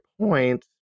point